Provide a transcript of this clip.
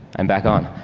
i'm back on.